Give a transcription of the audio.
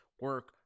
Work